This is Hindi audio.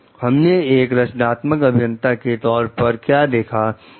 तो हमने एक रचनात्मक अभियंता के तौर पर क्या देखा